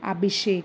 Abhishek